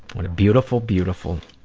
what a beautiful, beautiful,